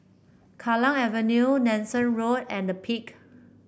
Kallang Avenue Nanson Road and The Peak